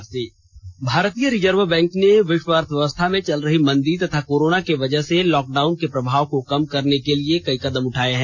RBI भारतीय Reserve Bank ने विष्व अर्थव्यवस्था में चल रही मंदी तथा कोरोना के वजह से लॉकडाउन के प्रभाव को कम करने के लिए कई कदम उठाये हैं